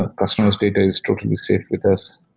ah customer s data is totally safe with us.